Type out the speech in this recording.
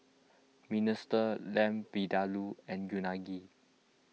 Minestrone Lamb Vindaloo and Unagi